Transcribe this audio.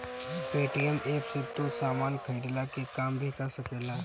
Paytm app से तू सामान खरीदला के काम भी कर सकेला